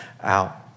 out